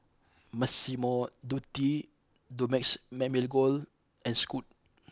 Massimo Dutti Dumex Mamil Gold and Scoot